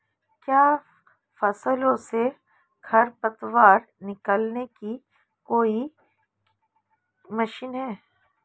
क्या फसलों से खरपतवार निकालने की कोई मशीन है?